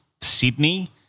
Sydney